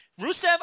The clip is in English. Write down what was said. Rusev